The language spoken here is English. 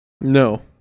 No